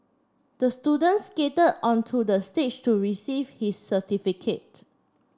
the student skated onto the stage to receive his certificate